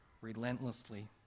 relentlessly